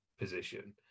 position